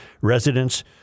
Residents